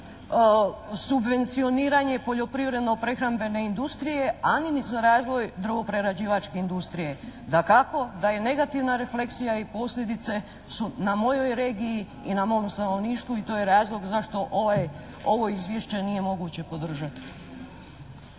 subvencioniranje poljoprivredno-prehrambene industrije, ali ni za razvoj drvo-prerađivačke industrije. Dakako da je negativna refleksija i posljedice su na mojoj regiji i na mom stanovništvu i to je razlog zašto ovo Izvješće nije moguće podržati.